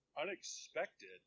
unexpected